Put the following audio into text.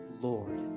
lord